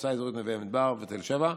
מועצה אזורית נווה מדבר ותל שבע,